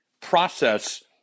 process